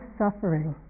suffering